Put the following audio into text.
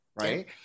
Right